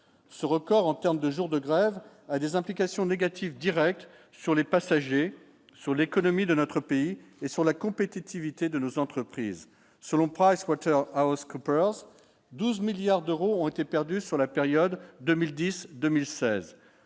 ce record en termes de jours de grève. Des implications négatives directes sur les passagers sur l'économie de notre pays et sur la compétitivité de nos entreprises, selon Price Water House Coopers 12 milliards d'euros ont été perdus sur la période 2010 2016